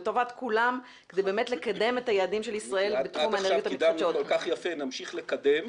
לטובת כולנו וכדי לקדם את היעדים של ישראל בתחום האנרגיות המתחדשות.